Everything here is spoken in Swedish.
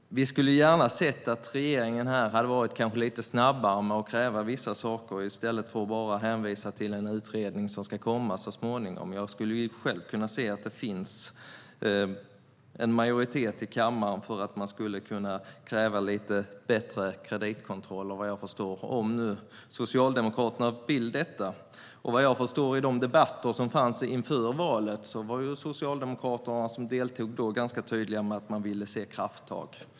Vi önskar att regeringen hade varit lite snabbare med att kräva vissa saker i stället för att hänvisa till en utredning som ska komma så småningom. Jag tror att det finns en majoritet i kammaren för att kräva bättre kreditkontroll, om det är vad Socialdemokraterna vill. I debatterna inför valet var Socialdemokraterna tydliga med att de ville se krafttag.